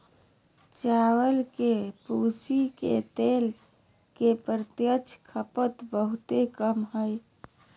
चावल के भूसी के तेल के प्रत्यक्ष खपत बहुते कम हइ